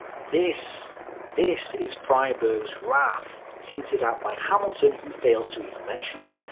this this is freyberg's wrath, hinted at by hamilton, who fails to even mention it.